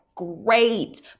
great